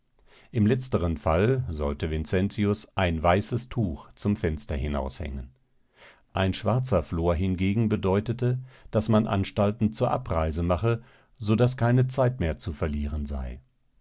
im letzteren fall sollte vincentius ein weißes tuch zum fenster hinaushängen ein schwarzer flor hingegen bedeutete daß man anstalten zur abreise mache so daß keine zeit mehr zu verlieren sei